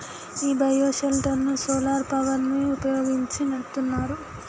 ఈ bio shelter ను solar power ని వుపయోగించి నడుపుతున్నారు